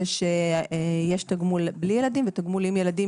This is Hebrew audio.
זה שיש תגמול בלי ילדים ותגמול עם ילדים,